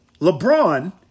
LeBron